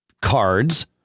cards